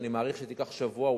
אני מעריך שייקח שבוע,